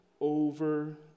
over